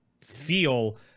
feel